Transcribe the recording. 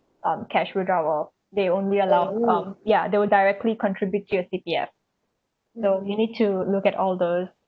um cash withdrawal they only allow um ya there will directly contribute to your C_P_F so you need to look at all those